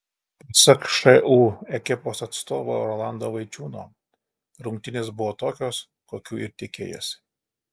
pasak šu ekipos atstovo rolando vaičiūno rungtynės buvo tokios kokių ir tikėjosi